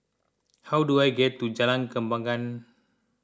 how do I get to Jalan Kembangan